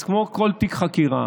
אז כמו כל תיק חקירה,